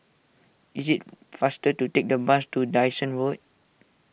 is it faster to take the bus to Dyson Road